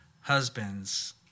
husbands